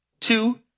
Two